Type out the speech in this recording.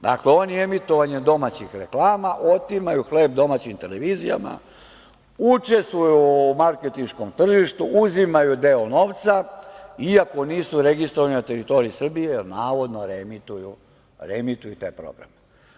Dakle, oni emitovanjem domaćih reklama, otimaju hleb domaćim televizijama, učestvuju u marketinškom tržištu, uzimaju deo novca iako nisu registrovani na teritoriji Srbije, jer navodno reemituju taj program.